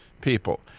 people